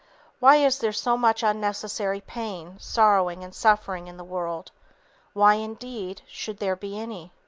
why is there so much unnecessary pain, sorrowing and suffering in the world why, indeed, should there be any?